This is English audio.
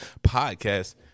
podcast